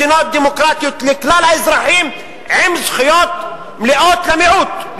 מדינות דמוקרטיות לכלל האזרחים עם זכויות מלאות למיעוט,